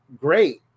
great